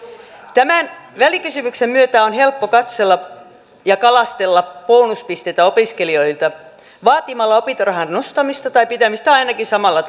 tämän välikysymyksen myötä on helppo kalastella bonuspisteitä opiskelijoilta vaatimalla opintorahan nostamista tai pitämistä ainakin samalla